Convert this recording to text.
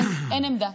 אין עמדה.